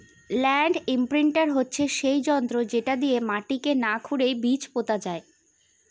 land imprinter হচ্ছে সেই যন্ত্র যেটা দিয়ে মাটিকে না খুরেই বীজ পোতা হয়